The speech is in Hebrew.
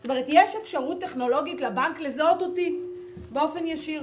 זאת אומרת יש אפשרות טכנולוגית לבנק לזהות אותי באופן ישיר.